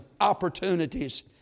opportunities